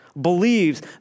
believes